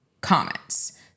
comments